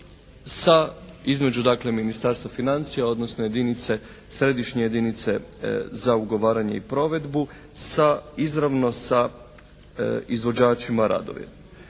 sa između dakle Ministarstva financija, odnosno jedinice, središnje jedinice za ugovaranje i provedbu sa izravno sa izvođačima radova.